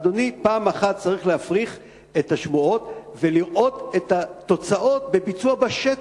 אדוני צריך פעם אחת להפריך את השמועות ולראות את התוצאות בביצוע בשטח.